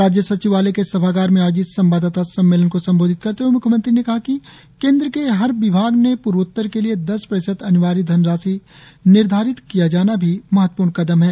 राज्य सचिवालय के सभागार में आयोजित संवाददाता सम्मेलन को संबोधित करते हए म्ख्य मंत्री ने कहा कि केंद्र के हर विभाग ने पूर्वोत्तर के लिए दस प्रतिशत अनिवार्य धनराशि निर्धारित किया जाना भी महत्वपूर्ण कदम है